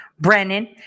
Brennan